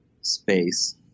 space